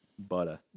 Butter